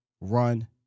run